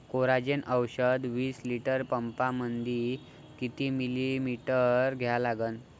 Coragen औषध विस litre पंपामंदी किती मिलीमिटर घ्या लागन?